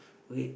read